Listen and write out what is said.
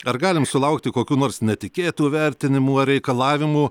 ar galim sulaukti kokių nors netikėtų vertinimų ar reikalavimų